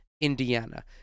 Indiana